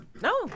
No